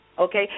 okay